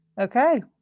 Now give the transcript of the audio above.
Okay